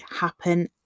happen